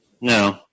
No